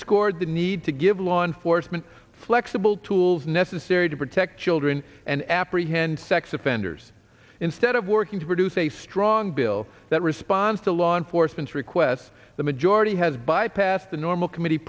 underscored the need to give law enforcement flexible tools necessary to protect children and apprehend sex offenders instead of working to produce a strong bill that responds to law enforcement requests the majority has bypassed the normal committee